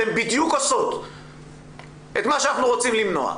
אתן עושות בדיוק את מה שאנחנו רוצים למנוע.